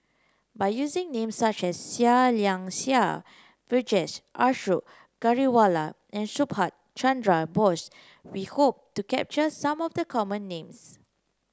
by using names such as Seah Liang Seah Vijesh Ashok Ghariwala and Subhas Chandra Bose we hope to capture some of the common names